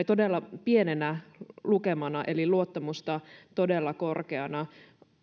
todella pienenä lukemana eli luottamusta todella korkeana